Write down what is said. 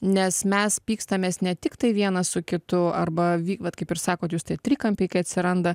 nes mes pykstamės ne tiktai vienas su kitu arba vy vat kaip ir sakot jūs tie trikampiai kai atsiranda